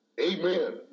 Amen